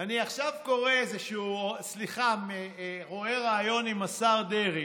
אני עכשיו רואה ריאיון עם השר דרעי